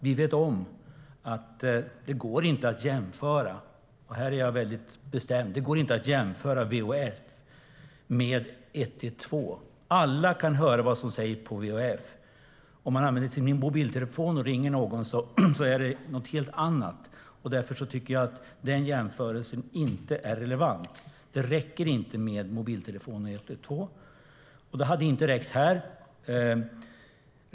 Vi vet att det inte går att jämföra - här är jag bestämd - VHF med 112. Alla kan höra vad som sägs på VHF. Att använda mobiltelefonen och ringa någon är något helt annat. Därför är den jämförelsen inte relevant. Det räcker inte med mobiltelefonen och 112, och det hade inte räckt i det här fallet.